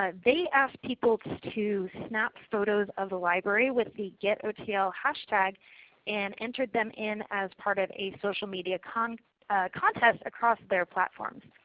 ah they asked people to snap photos of the library with the getotl hashtag and entered them in as part of a social media contest contest across their platform.